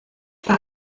war